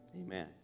Amen